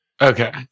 Okay